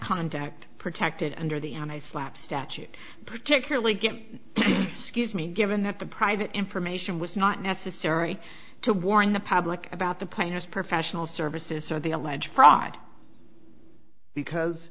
conduct protected under the and i slap statute particularly given scuse me given that the private information was not necessary to warn the public about the plaintiff professional services so the alleged fraud because